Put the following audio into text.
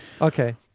okay